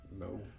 No